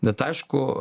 bet aišku